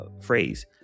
phrase